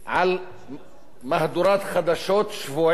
על מהדורת חדשות שבועית